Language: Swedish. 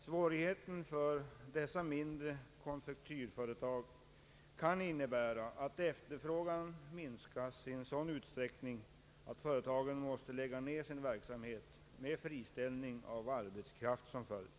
Svårigheter för dessa mindre konfektyrföretag kan innebära, att efterfrågan minskas i en sådan utsträckning att företagen måste lägga ned sin verksamhet, med friställning av arbetskraft som följd.